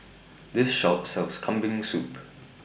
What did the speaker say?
This Shop sells Kambing Soup